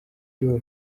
uriho